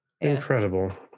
Incredible